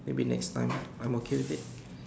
maybe next time I'm okay with it